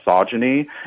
misogyny